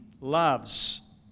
loves